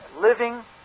living